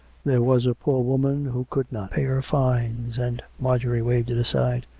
there was a poor woman who could not pay her fines and marjorie waved it aside.